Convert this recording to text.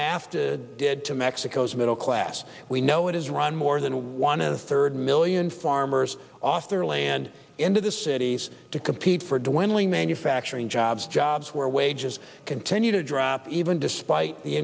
nafta did to mexico's middle class we know it is run more than one a third million farmers off their land into the cities to compete for dwindling manufacturing jobs jobs where wages continue to drop even despite the